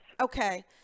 Okay